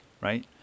right